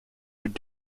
would